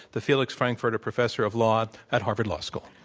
the felix frankfurter professor of law at harvard law school.